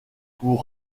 pour